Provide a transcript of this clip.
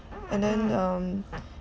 and then um